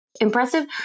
Impressive